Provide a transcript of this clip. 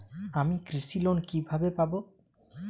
আমি কৃষি লোন কিভাবে পাবো?